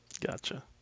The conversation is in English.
Gotcha